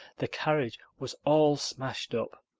the carriage was all smashed up.